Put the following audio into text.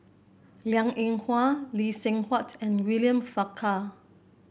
Liang Eng Hwa Lee Seng Huat and William Farquhar